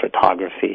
photography